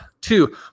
two